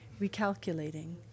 recalculating